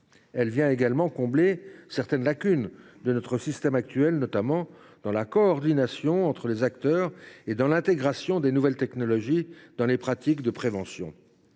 Elle viendra également combler certaines lacunes de notre système actuel, notamment en matière de coordination entre acteurs et d’intégration des nouvelles technologies dans les pratiques de prévention.